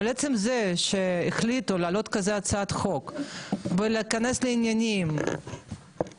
אבל עצם זה שהחליטו להעלות כזו הצעת חוק ולהיכנס לעניינים אגב,